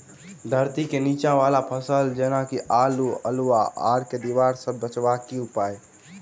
धरती केँ नीचा वला फसल जेना की आलु, अल्हुआ आर केँ दीवार सऽ बचेबाक की उपाय?